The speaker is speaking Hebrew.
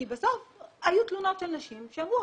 כי בסוף היו תלונות של נשים שאמרו,